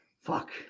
fuck